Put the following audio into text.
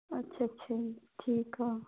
ਅੱਛਾ ਅੱਛਾ ਜੀ ਠੀਕ ਆ